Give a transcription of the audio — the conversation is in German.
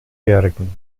bergen